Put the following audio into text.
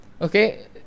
Okay